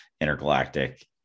intergalactic